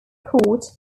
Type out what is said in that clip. court